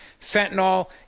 fentanyl